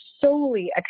solely